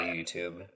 YouTube